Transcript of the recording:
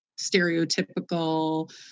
stereotypical